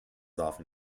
often